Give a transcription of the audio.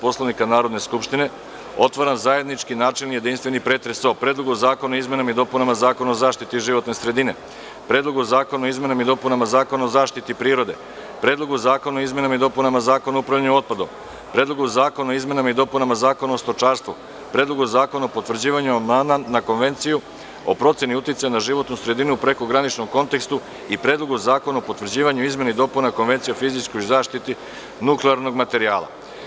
Poslovnika Narodne skupštine, otvaram zajednički načelni jedinstveni pretres o Predlogu zakona o izmenama i dopunama Zakona o zaštiti životne sredine, Predlogu zakona o izmenama i dopunama Zakona o zaštiti prirode, Predlogu zakona o izmenama i dopunama Zakona o upravljanju otpadom, Predlogu zakona o izmenama i dopunama Zakona o stočarstvu, Predlogu zakona o potvrđivanju amandmana na Konvenciju o proceni uticaja na životnu sredinu u prekograničnom kontekstu i Predlogu zakona o potvrđivanju izmena i dopuna Konvencije o fizičkoj zaštiti nuklearnog materijala.